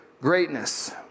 greatness